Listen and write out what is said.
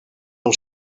els